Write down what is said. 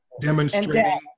demonstrating